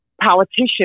politician